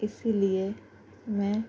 اِسی لیے میں